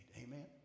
Amen